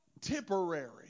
temporary